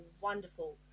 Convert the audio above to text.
wonderful